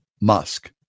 Musk